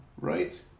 right